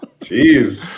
Jeez